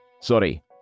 Sorry